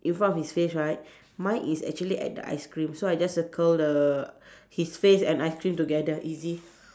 in front of his face right mine is actually at the ice cream so I'll just circle the his face and ice cream together easy